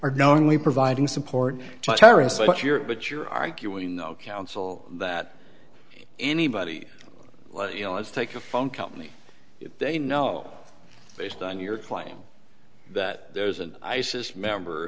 are knowingly providing support to terrorists but you're but you're arguing the council that anybody you know is take a phone company if they know based on your claim that there's an isis member